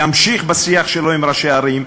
ימשיך בשיח שלו עם ראשי הערים,